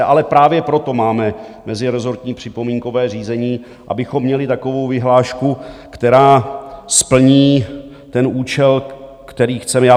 Ale právě proto máme mezirezortní připomínkové řízení, abychom měli takovou vyhlášku, která splní ten účel, který chceme.